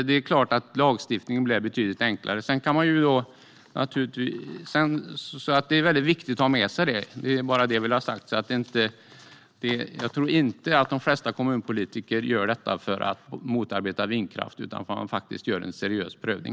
Det är klart att lagstiftningen blev betydligt enklare - det är viktigt att ha med sig detta. Det är bara det jag vill ha sagt. Jag tror inte att de flesta kommunpolitiker gör detta för att motarbeta vindkraft, utan jag tror att man gör en seriös prövning.